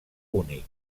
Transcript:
únic